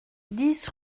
dix